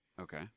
Okay